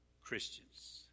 Christians